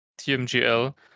TMGL